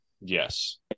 Yes